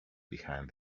behind